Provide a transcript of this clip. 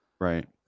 Right